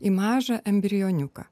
į mažą embrioniuką